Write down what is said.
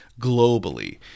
globally